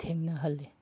ꯊꯦꯡꯅꯍꯜꯂꯤ